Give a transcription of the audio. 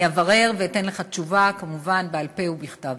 אני אברר ואתן לך תשובה, כמובן, בעל-פה ובכתב.